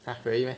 !huh! really meh